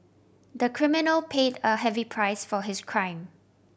the criminal paid a heavy price for his crime